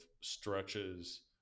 stretches